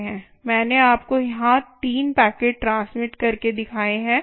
मैंने आपको यहां तीन पैकेट ट्रांसमिट करके दिखाए हैं